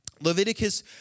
Leviticus